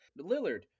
Lillard